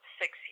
six